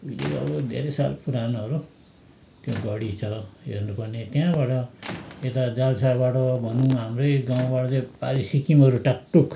उहिलेको अब धेरै साल पुरानोहरू त्यो गढी छ हेर्नुपर्ने त्यहाँबाट यता जाल्साबाट भनूँ न हाम्रै गाउँबाट चाहिँ पारी सिक्किमहरू टाकटुक